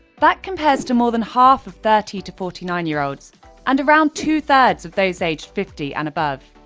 that compares to more than half of thirty to forty nine year olds and around two-thirds of those aged fifty and above.